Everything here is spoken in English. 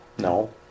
No